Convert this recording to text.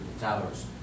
towers